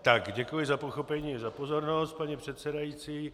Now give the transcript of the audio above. Tak, děkuji za pochopení i za pozornost, paní předsedající.